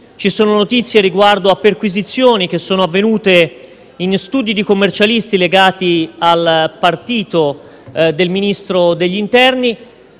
ci sono notizie riguardo a perquisizioni avvenute in studi di commercialisti legati al partito del Ministro dell'interno.